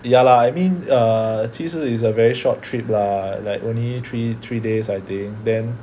ya lah I mean err 其实 it's a very short trip lah like only three three days I think then